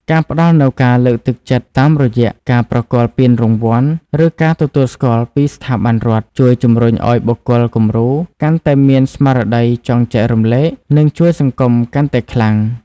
ការផ្ដល់នូវការលើកទឹកចិត្តតាមរយៈការប្រគល់ពានរង្វាន់ ឬការទទួលស្គាល់ពីស្ថាប័នរដ្ឋ ជួយជំរុញឱ្យបុគ្គលគំរូកាន់តែមានស្មារតីចង់ចែករំលែក និងជួយសង្គមកាន់តែខ្លាំង។